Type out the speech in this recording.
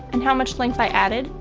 and how much length i added,